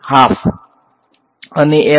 વિદ્યાર્થી હાફ